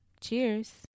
Cheers